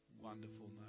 wonderful